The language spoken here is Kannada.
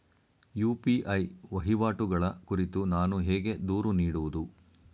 ಯು.ಪಿ.ಐ ವಹಿವಾಟುಗಳ ಕುರಿತು ನಾನು ಹೇಗೆ ದೂರು ನೀಡುವುದು?